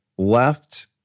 left